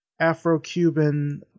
Afro-Cuban